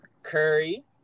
Curry